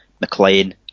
McLean